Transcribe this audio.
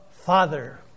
Father